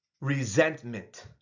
Resentment